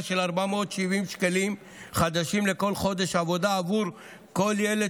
של 470 שקלים חדשים לכל חודש עבודה עבור כל ילד